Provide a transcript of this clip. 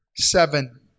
seven